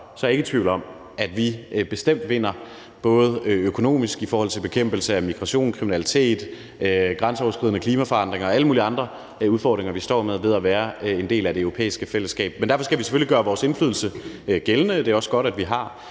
op, er der ingen tvivl om, at vi bestemt vinder økonomisk og i forhold til bekæmpelse af migration og kriminalitet, grænseoverskridende klimaforandringer og alle mulige andre udfordringer, vi står med, ved at være en del af det europæiske fællesskab. Men derfor skal vi selvfølgelig gøre vores indflydelse gældende. Det er også godt, at vi har